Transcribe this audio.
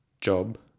job